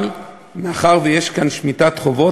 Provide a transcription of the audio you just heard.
אבל מאחר שיש כאן שמיטת חובות,